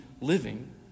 living